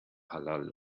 halal